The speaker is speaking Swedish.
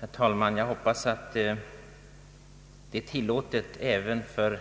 Herr talman! Jag hoppas att det är tillåtet för